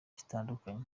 bitadukanye